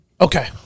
Okay